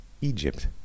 Egypt